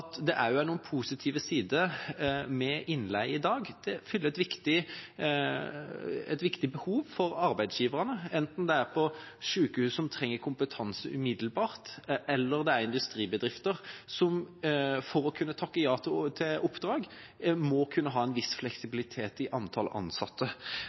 det også noen positive sider ved innleie i dag. Det fyller et viktig behov for arbeidsgiverne, enten det er sykehus som trenger kompetanse umiddelbart, eller det er industribedrifter som, for å kunne takke ja til oppdrag, må kunne ha en viss